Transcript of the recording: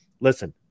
listen